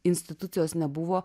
institucijos nebuvo